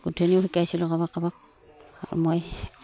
গোঁঠনিও শিকাইছিলোঁ কাৰোবাক কাৰোবাক মই